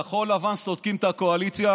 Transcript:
כחול לבן סודקים את הקואליציה,